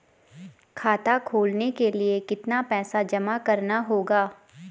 खाता खोलने के लिये कितना पैसा जमा करना होगा?